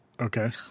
Okay